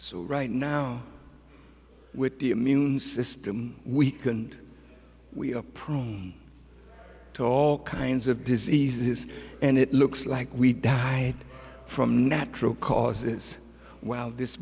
so right now with the immune system weakened we are prone to all kinds of diseases and it looks like we are from natural causes while this